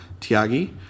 Tiagi